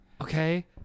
Okay